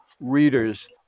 readers